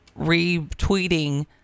retweeting